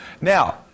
now